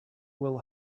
will